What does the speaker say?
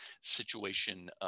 situation